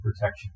protection